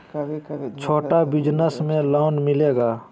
छोटा बिजनस में लोन मिलेगा?